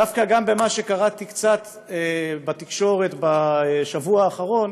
ודווקא גם ממה שקראתי קצת בתקשורת בשבוע האחרון,